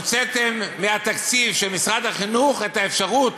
הוצאתם מהתקציב של משרד החינוך את האפשרות